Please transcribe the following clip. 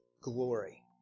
glory